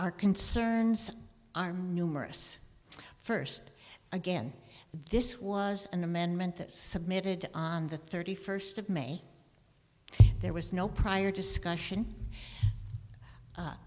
our concerns arm numerous first again this was an amendment that submitted on the thirty first of may there was no prior discussion